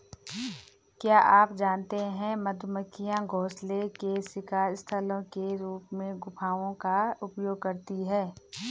क्या आप जानते है मधुमक्खियां घोंसले के शिकार स्थलों के रूप में गुफाओं का उपयोग करती है?